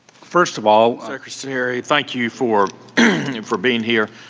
first of all, sarah, thank you for you for being here.